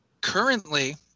currently